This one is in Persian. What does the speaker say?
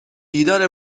دیدار